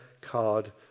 card